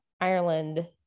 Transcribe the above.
Ireland